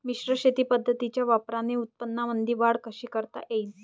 मिश्र शेती पद्धतीच्या वापराने उत्पन्नामंदी वाढ कशी करता येईन?